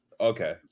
Okay